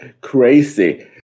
crazy